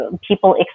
people